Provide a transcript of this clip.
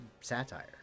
satire